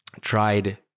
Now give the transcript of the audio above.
tried